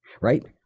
right